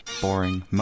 boring